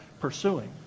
pursuing